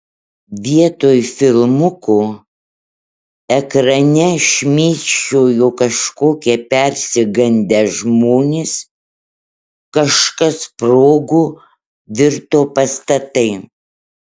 vietoj filmuko ekrane šmėsčiojo kažkokie persigandę žmonės kažkas sprogo virto pastatai